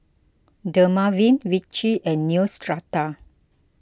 Dermaveen Vichy and Neostrata